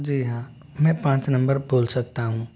जी हाँ मैं पाँच नम्बर बोल सकता हूँ